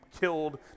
killed